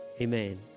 Amen